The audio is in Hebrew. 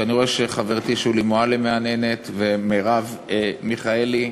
ואני רואה שחברתי שולי מועלם מהנהנת, ומרב מיכאלי: